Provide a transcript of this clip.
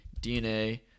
DNA